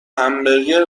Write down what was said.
همبرگر